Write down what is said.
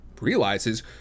realizes